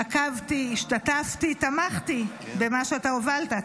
עקבתי, השתתפתי, תמכתי במה שאתה הובלת.